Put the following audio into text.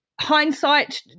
Hindsight